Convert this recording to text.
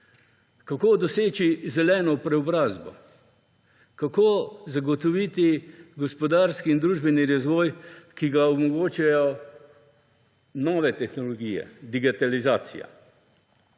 kako doseči zeleno preobrazbo, kako zagotoviti gospodarski in družbeni razvoj, ki ga omogočajo novo tehnologije, digitalizacija.